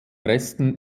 resten